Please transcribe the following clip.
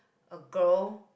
a girl